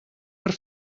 per